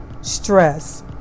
stress